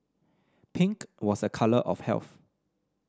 pink was a colour of health